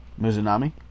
Mizunami